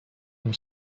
amb